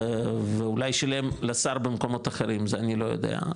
ואולי שילם לשר במקומות אחרים זה אני לא יודע,